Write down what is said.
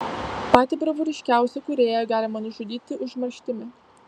patį bravūriškiausią kūrėją galima nužudyti užmarštimi